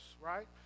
right